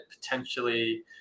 potentially